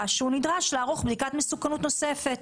שהוא נדרש לערוך בדיקת מסוכנות נוספת.